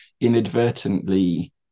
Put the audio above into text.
inadvertently